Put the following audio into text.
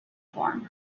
form